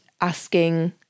asking